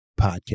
podcast